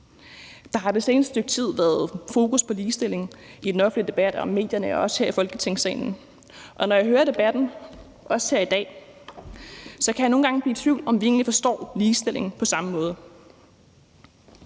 Der har det seneste stykke tid været fokus på ligestilling i den offentlige debat og i medierne og også her i Folketingssalen, og når jeg hører debatten, også her i dag, kan jeg nogle gange blive i tvivl om, om vi egentlig forstår ligestilling på samme måde.